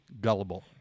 gullible